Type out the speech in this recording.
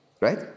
right